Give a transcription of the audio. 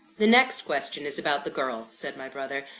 the next question is about the girl, said my brother.